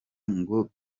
ngo